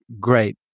Great